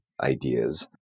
ideas